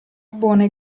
buone